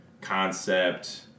concept